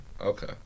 okay